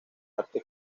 arte